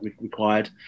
required